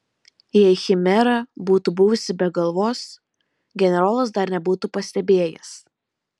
jei chimera būtų buvusi be galvos generolas dar nebūtų pastebėjęs